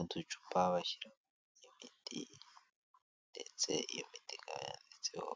Uducupa bashyiramo imiti ndetse iyo miti ikaba yanditseho